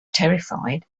terrified